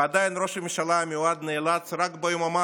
ועדיין ראש הממשלה המיועד נאלץ רק ביממה